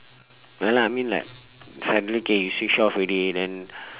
ya lah I mean like suddenly okay you switch off already then